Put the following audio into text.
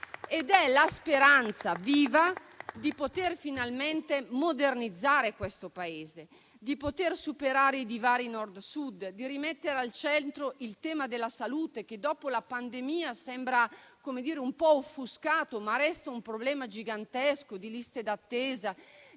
È la speranza viva di poter finalmente modernizzare questo Paese, di superare i divari Nord-Sud e di rimettere al centro il tema della salute che, dopo la pandemia, sembra un po' offuscato, ma resta un problema gigantesco di liste d'attesa,